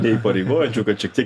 neįpareigojančių kad šiek tiek